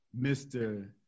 Mr